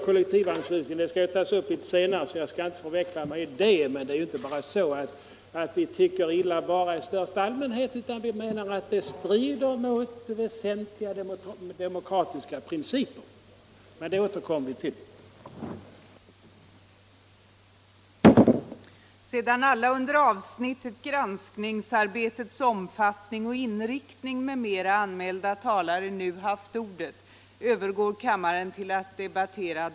Kollektivanslutningen skall tas upp senare, så jag skall inte inveckla mig i den frågan. Men vi tycker inte bara illa om den i största allmänhet, utan vi menar att den strider mot väsentliga demokratiska principer. Men det blir anledning återkomma till detta.